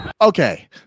okay